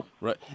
Right